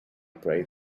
pray